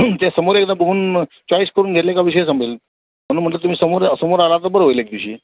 त्या समोर एकदा बघून चॉईस करून घ्यायले का विषय संपेल म्हणून म्हटलं तुम्ही समोर समोर आला तर बरं होईल एक दिवशी